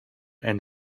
and